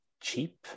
cheap